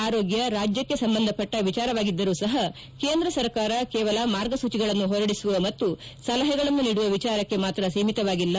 ಆರೋಗ್ಲ ರಾಜ್ಲಕ್ಷೆ ಸಂಬಂಧಪಟ್ಟ ವಿಚಾರವಾಗಿದ್ದರೂ ಸಹ ಕೇಂದ್ರ ಸರ್ಕಾರ ಕೇವಲ ಮಾರ್ಗಸೂಚಿಗಳನ್ನು ಹೊರಡಿಸುವ ಮತ್ತು ಸಲಹೆಗಳನ್ನು ನೀಡುವ ವಿಚಾರಕ್ಕೆ ಮಾತ್ರ ಸೀಮಿತವಾಗಿಲ್ಲ